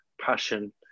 passion